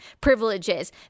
privileges